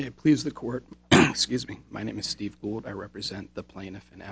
may please the court excuse me my name is steve gould i represent the plaintiff and